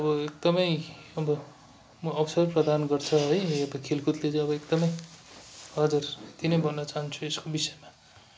अब एकदमै अब म अवसर प्रदान गर्छ है खेलकुदले चाहिँ अब एकदमै हजुर यति नै भन्नु चाहन्छु यसको विषयमा